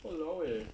!walao! eh